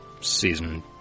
season